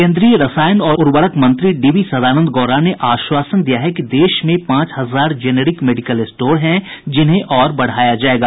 केंद्रीय रसायन और उर्वरक मंत्री डी वी सदानंद गौड़ा ने आश्वासन दिया है कि देश में पांच हजार जेनेरिक मेडिकल स्टोर हैं जिन्हें और बढ़ाया जाएगा